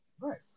Right